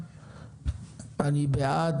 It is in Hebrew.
אני בעד.